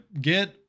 get